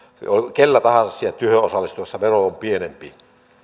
kenellä tahansa siihen työhön osallistuessa vero on pienempi